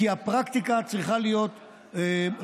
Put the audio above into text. כי הפרקטיקה צריכה להיות ראויה.